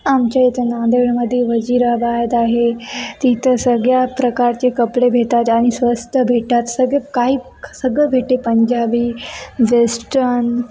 आमच्या इथं नांदेडमध्ये वजिराबाद आहे तिथं सगळ्या प्रकारचे कपडे भेटतात आणि स्वस्त भेटतात सगळे काही सगळं भेटते पंजाबी वेस्टन